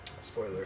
Spoiler